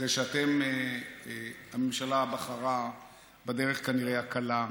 שהממשלה בחרה בדרך הקלה,